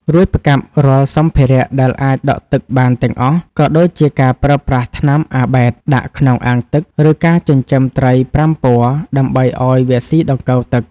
រួចផ្កាប់រាល់សម្ភារៈដែលអាចដក់ទឹកបានទាំងអស់ ក៏ដូចជាការប្រើប្រាស់ថ្នាំអាបែតដាក់ក្នុងអាងទឹក ឬការចិញ្ចឹមត្រីប្រាំពណ៌ដើម្បីឱ្យវាស៊ីដង្កូវទឹក។